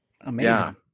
Amazing